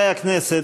חברי הכנסת,